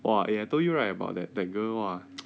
!wah! eh I told you right about that that girl !wah!